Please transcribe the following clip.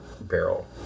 barrel